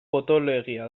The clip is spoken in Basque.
potoloegia